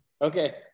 Okay